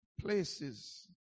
places